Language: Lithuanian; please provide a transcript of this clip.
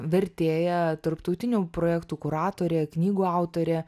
vertėja tarptautinių projektų kuratorė knygų autorė